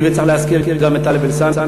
וצריך להזכיר גם את טלב אלסאנע,